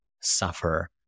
suffer